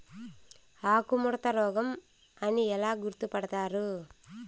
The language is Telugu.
ఆకుముడత రోగం అని ఎలా గుర్తుపడతారు?